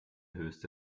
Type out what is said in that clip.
höchste